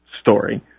story